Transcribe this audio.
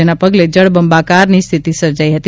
જેના પગલે જળબંબાકારની સ્થિતિ સર્જાઇ હતી